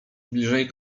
bliżej